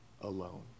alone